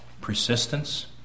Persistence